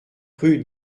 rue